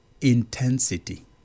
intensity